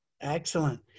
Excellent